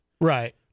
Right